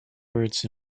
words